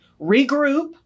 regroup